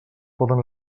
poden